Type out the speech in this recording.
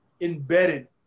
embedded